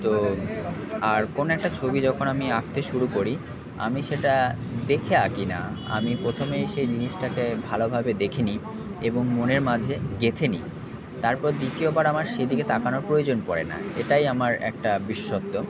তো আর কোনো একটা ছবি যখন আমি আঁকতে শুরু করি আমি সেটা দেখে আঁকি না আমি প্রথমেই সেই জিনিসটাকে ভালোভাবে দেখে নিই এবং মনের মাঝে গেঁথে নিই তারপর দ্বিতীয়বার আমার সেদিকে তাকানোর প্রয়োজন পড়ে না এটাই আমার একটা বিশেষত্ব